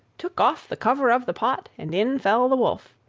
took off the cover of the pot, and in fell the wolf.